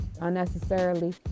unnecessarily